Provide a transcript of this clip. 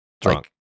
drunk